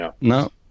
No